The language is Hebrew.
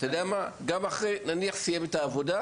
יש גם אפשרות שהוא ידווח לאחר שסיים את תקופת העבודה,